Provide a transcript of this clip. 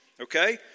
okay